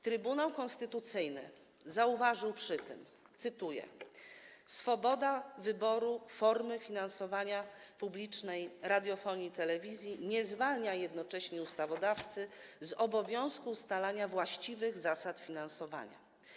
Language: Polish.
Trybunał Konstytucyjny zauważył przy tym, cytuję: Swoboda wyboru formy finansowania publicznej radiofonii i telewizji nie zwalnia jednocześnie ustawodawcy z obowiązku ustalania właściwych zasad finansowania.